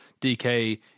DK